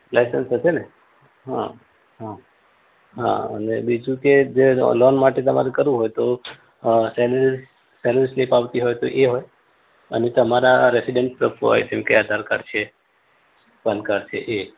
licence હશે ને હા હા હા અને બીજું કે જે લોન માટે તમારે કરવું હોય તો સૅલેરી સૅલેરી સ્લીપ આવતી હોય તો એ હોય અને તમારા રેસિડન્ટ પ્રૂફ હોય જેમ કે આધારકાર્ડ છે પાનકાર્ડ છે એ